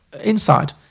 inside